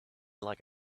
like